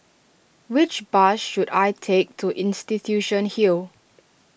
which bus should I take to Institution Hill